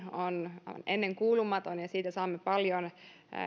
on ennenkuulumaton ja siitä saamme paljon